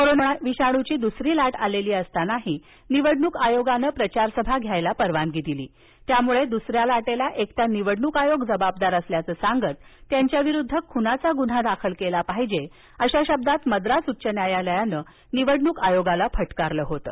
corona विषाणूची द्सरी लाट आलेली असतानाही निवडणूक आयोगानं प्रचारसभा घ्यायाला परवानगी दिलीत्यामुळे दुसऱ्या लाटेला एकटा निवडणूक आयोग जबाबदार असल्याचं सांगतत्यांच्याविरुद्ध खुनाचा गुन्हा दाखल केला पाहिजेअशा शब्दात मद्रास उच्च न्यायालयानं निवडणूक आयोगाला फटकारलं होतं